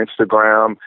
Instagram